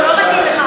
לא, לא, לא מתאים לך,